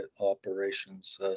operations